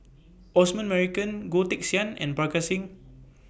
Osman Merican Goh Teck Sian and Parga Singh